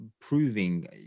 proving